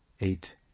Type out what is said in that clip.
eight